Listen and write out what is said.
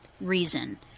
reason